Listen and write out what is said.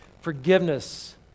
Forgiveness